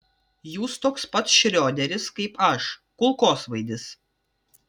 jūs toks pat šrioderis kaip aš kulkosvaidis